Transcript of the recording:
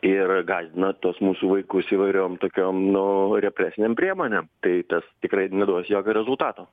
ir gąsdina tuos mūsų vaikus įvairiom tokiom nu represinėm priemonėm tai tas tikrai neduos jokio rezultato